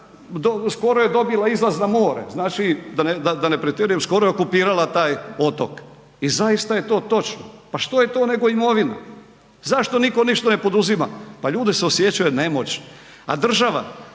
skoro je dobila izlaz na more, znači da ne pretjerujem, skoro je okupirala taj otok. I zaista je to točno, pa što je to nego imovina? Zašto niko ništa ne poduzima? Pa ljudi se osjećaju nemoćni a država